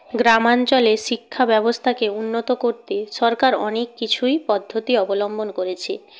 গ্রামাঞ্চলে শিক্ষা ব্যবস্থাকে উন্নত করতে সরকার অনেক কিছুই পদ্ধতি অবলম্বন করেছে